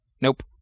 Nope